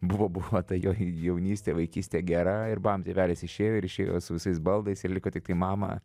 buvo buvo ta jo jaunystė vaikystė gera ir bam tėvelis išėjo ir išėjo su visais baldais ir liko tiktai mama